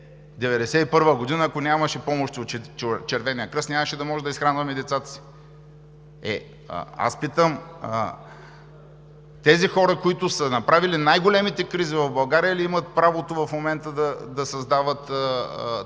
1991 г., ако нямаше помощи от Червения кръст, нямаше да можем да изхранваме децата си. Е, аз питам: тези хора, които са направили най-големите кризи в България, имат ли правото в момента да създават тази